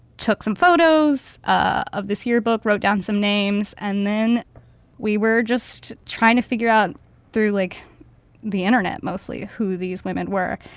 took some photos of this yearbook, wrote down some names, and then we were just trying to figure out through, like the internet mostly who these women were.